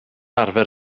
arfer